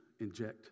inject